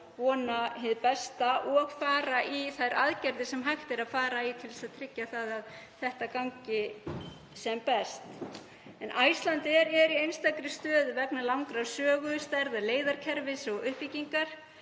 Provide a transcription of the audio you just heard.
vona hið besta og fara í þær aðgerðir sem hægt er til að tryggja að það gangi sem best. Icelandair er í einstakri stöðu, vegna langrar sögu, stærðar leiðakerfis og uppbyggingar,